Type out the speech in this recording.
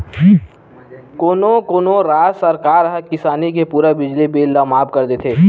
कोनो कोनो राज सरकार ह किसानी के पूरा बिजली बिल ल माफ कर देथे